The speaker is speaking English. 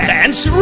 Dance